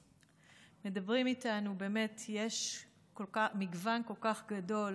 מדברים איתנו באמת, יש מגוון כל כך גדול